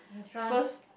first